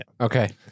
Okay